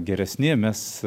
geresni mes